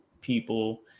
people